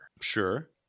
sure